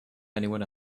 anyone